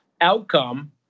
outcome